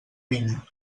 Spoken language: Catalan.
vinya